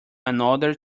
another